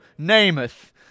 Namath